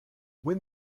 when